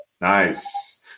Nice